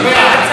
אתה רציני,